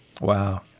wow